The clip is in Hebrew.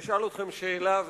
אשאל אתכם שאלה,